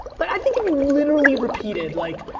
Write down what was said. but i think if you literally repeated, like,